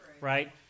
right